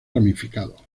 ramificados